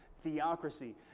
theocracy